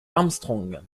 armstrong